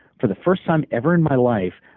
for the first time ever in my life,